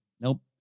nope